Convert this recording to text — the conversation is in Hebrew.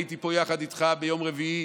הייתי פה יחד איתך ביום רביעי,